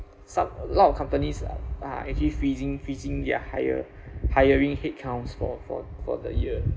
some a lot of companies are actually freezing freezing their hire hiring head counts for for for the year